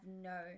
no